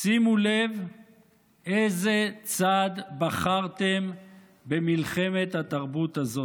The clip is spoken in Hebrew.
שימו לב באיזה צד בחרתם במלחמת התרבות הזאת.